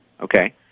Okay